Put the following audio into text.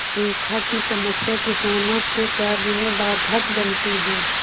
सूखा की समस्या किसानों के कार्य में बाधक बनती है